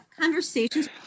conversations